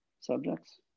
subjects